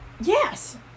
Yes